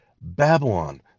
Babylon